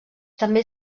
també